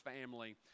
family